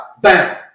bam